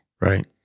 Right